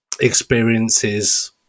experiences